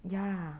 ya